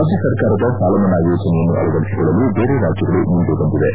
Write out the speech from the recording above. ರಾಜ್ಯ ಸರ್ಕಾರದ ಸಾಲಮನ್ನಾ ಯೋಜನೆಯನ್ನು ಅಳವಡಿಸಿಕೊಳ್ಳಲು ಬೇರೆ ರಾಜ್ಯಗಳು ಮುಂದೆ ಬಂದಿವೆ